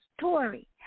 story